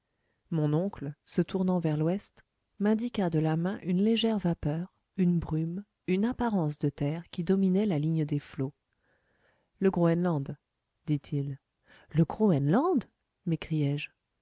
mon oncle se tournant vers l'ouest m'indiqua de la main une légère vapeur une brume une apparence de terre qui dominait la ligne des flots le groënland dit-il le groënland